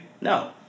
No